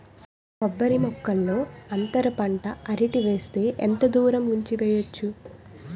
కొబ్బరి మొక్కల్లో అంతర పంట అరటి వేస్తే ఎంత దూరం ఉంచి వెయ్యొచ్చు?